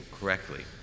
correctly